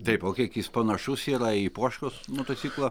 taip o kiek jis panašus yra į poškos motociklą